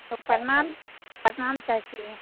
प्रणाम प्रणाम चाची